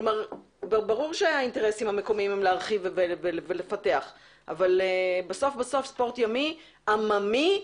ברור שהאינטרסים המקומיים הם להרחיב ולפתח אבל בסוף ספורט ימי עממי,